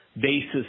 Basis